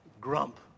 grump